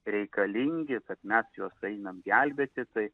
reikalingi kad mes juos einam gelbėti tai